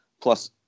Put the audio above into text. plus